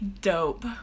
Dope